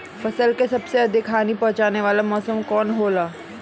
फसल के सबसे अधिक हानि पहुंचाने वाला मौसम कौन हो ला?